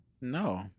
no